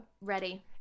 ready